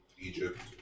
Egypt